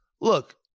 look